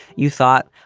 you thought,